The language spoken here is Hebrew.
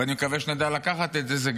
ואני מקווה שנדע לקחת את זה.